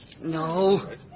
No